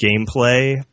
gameplay